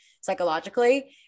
psychologically